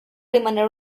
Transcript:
rimanere